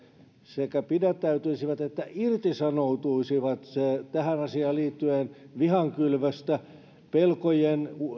sekä pidättäytyisivät että irtisanoutuisivat tähän asiaan liittyen vihan kylvöstä pelkojen